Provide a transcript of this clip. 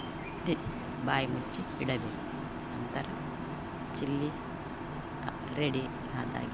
ತೆ ಬಾಯಿ ಮುಚ್ಚಿ ಇಡಬೇಕು ನಂತರ ಚಿಲ್ಲಿ ರೆಡಿ ಆದಾಗೆ